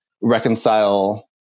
reconcile